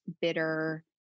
bitter